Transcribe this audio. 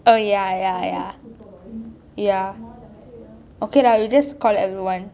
oh ya ya ya okay lah we just call everyone